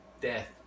Death